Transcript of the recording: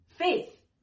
Faith